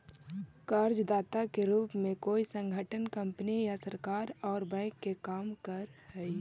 कर्जदाता के रूप में कोई संगठन कंपनी या सरकार औउर बैंक के काम करऽ हई